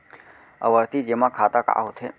आवर्ती जेमा खाता का होथे?